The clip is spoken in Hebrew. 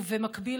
במקביל,